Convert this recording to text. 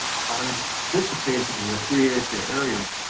are and anticipated in a three acre area.